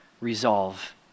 resolve